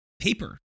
paper